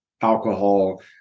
alcohol